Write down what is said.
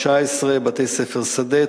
(מס' 19) (בתי-ספר שדה),